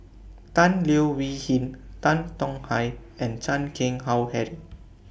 Tan Leo Wee Hin Tan Tong Hye and Chan Keng Howe Harry